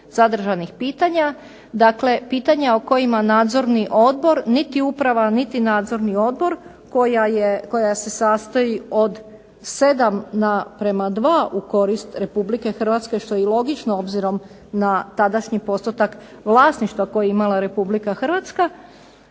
zadržanih pitanja, dakle pitanja o kojima nadzorni odbor niti uprava, niti nadzorni odbor, koja se sastoji od 7 naprama 2 u korist Republike Hrvatske, što je i logično obzirom na tadašnji postotak vlasništva koji je imala Republika Hrvatska,